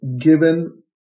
given